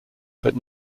but